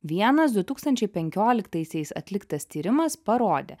vienas du tūkstančiai penkioliktaisiais atliktas tyrimas parodė